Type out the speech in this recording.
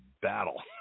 battle